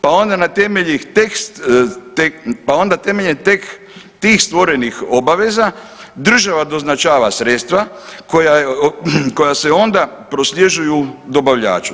Pa onda na temelji tekst, pa onda temeljem tih stvorenih obaveza država doznačava sredstva koja se onda prosljeđuju dobavljaču.